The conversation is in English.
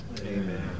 Amen